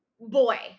boy